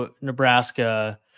Nebraska